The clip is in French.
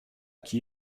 qui